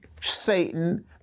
Satan